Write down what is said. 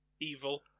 Evil